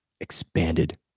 expanded